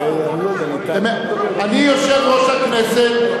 אתה יושב-ראש הכנסת,